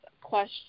question